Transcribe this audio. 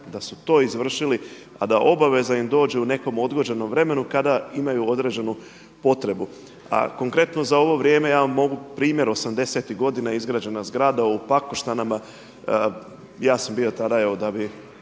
Da su to izvršili, a da obaveza im dođe u nekom odgođenom vremenu kada imaju određenu potrebu. A konkretno za ovo vrijeme ja vam mogu primjer 80-tih godina izgrađena je zgrada u Pakoštanima, ja sam bio tada evo da bi